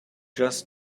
just